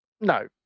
No